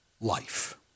life